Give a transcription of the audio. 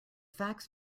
facts